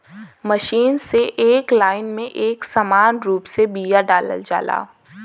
machine से एक line में एक समान रूप से बिया डालल जाला